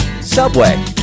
Subway